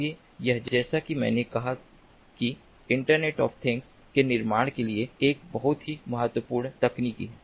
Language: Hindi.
इसलिए यह जैसा कि मैंने कहा कि इंटरनेट ऑफ़ थिंग्स के निर्माण के लिए एक बहुत ही महत्वपूर्ण तकनीक है